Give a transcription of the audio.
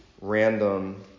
random